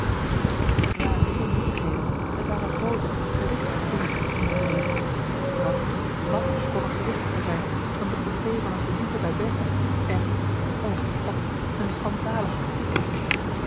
neen het waren geen nietigheden het waren groote gewichtige dingen in hun leven wat wàt kon er gewichtiger zijn dan de portée van een visite bij bertha en o god een schandalig artikel